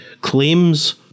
claims